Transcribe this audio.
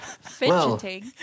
Fidgeting